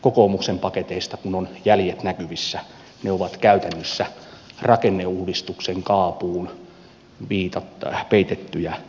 kokoomuksen paketeista kun ovat jäljet näkyvissä ne ovat käytännössä rakenneuudistuksen kaapuun peitettyjä leikkauslistoja